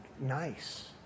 nice